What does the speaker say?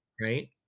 right